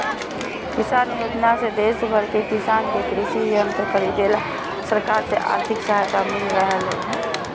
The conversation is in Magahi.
किसान योजना से देश भर के किसान के कृषि यंत्र खरीदे ला सरकार से आर्थिक सहायता मिल रहल हई